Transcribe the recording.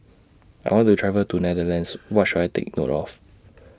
I want to travel to Netherlands What should I Take note of